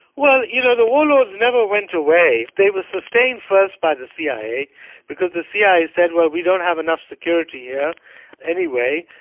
well you know the warlords never went away. they were sustained first by the cia because the cia said, well, we don't have enough security here anyway,